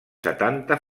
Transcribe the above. setanta